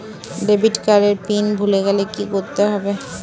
Debit card এর PIN ভুলে গেলে কি করতে হবে?